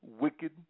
wicked